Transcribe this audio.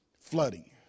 flooding